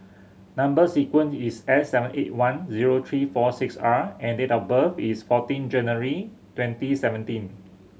number sequence is S seven eight one zero three four six R and date of birth is fourteen January twenty seventeen